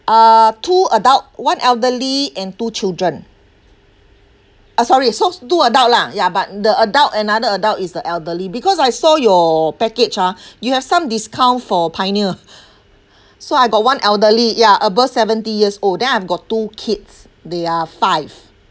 uh two adult one elderly and two children ah sorry so two adult lah ya but the adult another adult is the elderly because I saw your package ah you have some discount for pioneer so I got one elderly ya above seventy years old then I've got two kids they are five